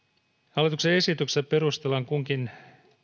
hallituksen esityksessä perustellaan kunkin